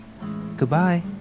Goodbye